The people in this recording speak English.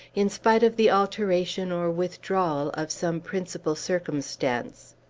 in spite of the alteration or withdrawal of some principal circumstance.